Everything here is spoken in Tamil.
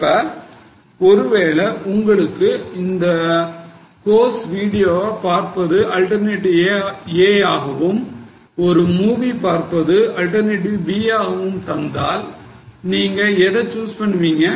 இப்ப ஒருவேளை உங்களுக்கு இந்த கோர்ஸ் வீடியோவை பார்ப்பது alternative a ஆகவும் ஒரு movie பார்ப்பது alternative b ஆகவும் தந்தால் நீங்க எத choose பண்ணுவீங்க